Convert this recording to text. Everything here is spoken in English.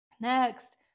Next